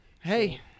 Hey